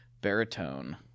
baritone